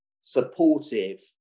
supportive